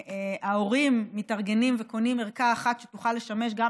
ההורים מתארגנים וקונים ערכה אחת שתוכל לשמש גם